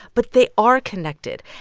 but they are connected.